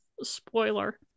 Spoiler